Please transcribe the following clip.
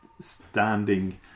standing